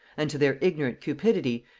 and, to their ignorant cupidity,